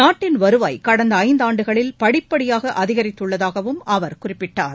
நாட்டின் வருவாய் கடந்தஐந்தாண்டுகளில் படிப்படியாகஅதிகரித்துள்ளதாகவும் அவர் குறிப்பிட்டார்